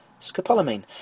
Scopolamine